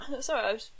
Sorry